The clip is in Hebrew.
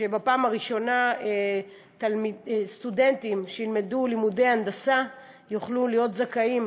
ובפעם הראשונה סטודנטים שילמדו לימודי הנדסה יוכלו להיות זכאים